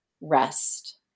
rest